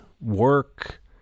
work